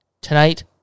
tonight